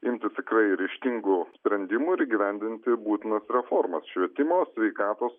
imts tikrai ryžtingų sprendimų ir įgyvendinti būtinas reformas švietimo sveikatos